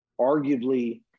arguably